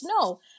no